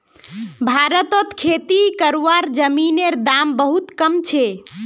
भारतत खेती करवार जमीनेर दाम बहुत कम छे